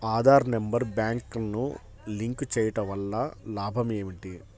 Aadhaar number బ్యాంక్నకు link చేయుటవల్ల లాభం ఏమిటి?